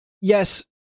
yes